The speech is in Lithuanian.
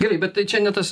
gerai bet tai čia ne tas